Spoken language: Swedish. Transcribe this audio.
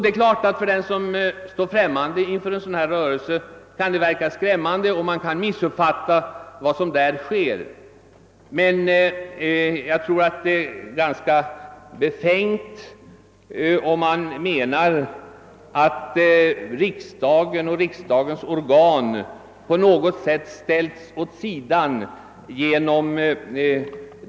Det är klart att det för den som står främmande inför en sådan rörelse kan verka skrämmande och att man kan missuppfatta vad som där sker, men jag tycker att det är ganska befängt att mena att riksdagen och dess organ på något sätt skjutits åt sidan.